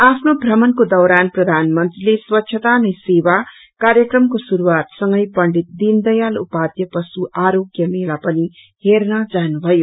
आफ्नो भ्रमणको दौरान प्रधानमंत्रीले स्वच्छता नै सेवा कार्यक्रमको शुरूआत संगै पण्डित दिन दयाल उपाध्याय पशु आरोग्य मेला पनि हेँन जानुभयो